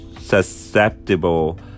susceptible